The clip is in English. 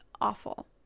awful